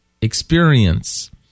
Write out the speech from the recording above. experience